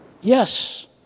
yes